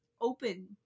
Open